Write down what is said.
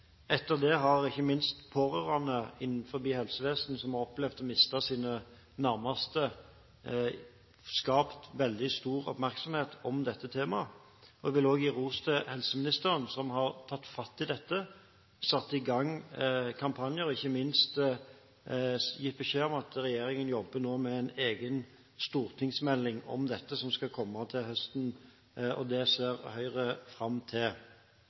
et tilsvarende helhetlig forslag i 2009. Det fikk den gangen ikke den samme mottakelsen. Etter det har ikke minst pårørende innenfor helsevesenet som har opplevd å miste sine nærmeste, skapt veldig stor oppmerksomhet om dette temaet. Jeg vil også gi ros til helseministeren som har tatt fatt i dette, satt i gang kampanjer og ikke minst gitt beskjed om at regjeringen nå jobber med en egen stortingsmelding om dette, som skal komme til høsten. Det ser Høyre fram til.